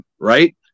right